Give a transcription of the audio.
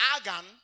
Agan